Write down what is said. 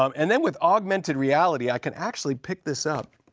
um and then with augmented reality, i can actually pick this up